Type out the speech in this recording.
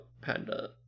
panda